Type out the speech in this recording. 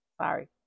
Sorry